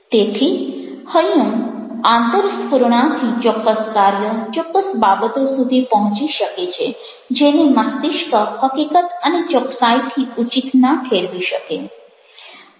તેથી હૈયું આંતરસ્ફુરણાથી ચોક્કસ કાર્ય ચોક્કસ બાબતો સુધી પહોંચી શકે છે જેને મસ્તિષ્ક હકીકત અને ચોક્કસાઇથી ઉચિત ન ઠેરવી શકે